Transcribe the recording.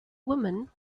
woman